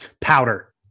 powder